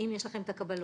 האם יש לכם את הקבלות?